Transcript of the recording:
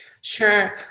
sure